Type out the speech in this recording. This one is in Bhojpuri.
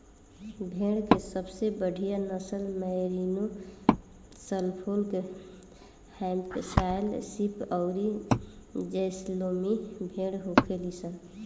भेड़ के सबसे बढ़ियां नसल मैरिनो, सफोल्क, हैम्पशायर शीप अउरी जैसलमेरी भेड़ होखेली सन